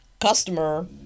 customer